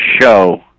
show